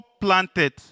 planted